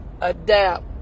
adapt